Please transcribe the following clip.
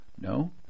No